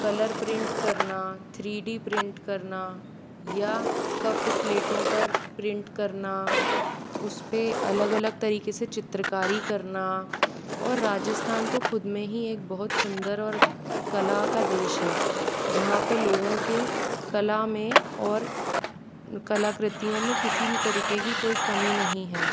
colour print करना three D print करना या कप प्लेटों पर प्रिंट करना उस पर अलग अलग तरीके से चित्रकारी करना और राजस्थान तो खुद में ही एक बहुत सुंदर और कला का देश है जहाँ पर लोगों की कला में और कलाकृतियों में किसी भी तरीके की कोई कमी नहीं है